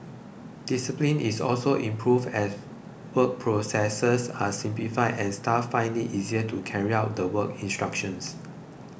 discipline is also improved as work processes are simplified and staff find it easier to carry out the work instructions